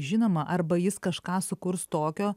žinoma arba jis kažką sukurs tokio